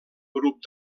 grup